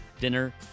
dinner